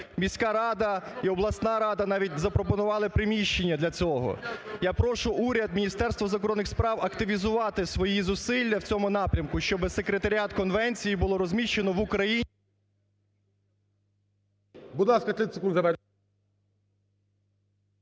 Міська рада і обласна рада навіть запропонували приміщення для цього. Я прошу уряд, Міністерство закордонних справ активізувати свої зусилля в цьому напрямку, щоб секретаріат конвенції було розміщено в Україні…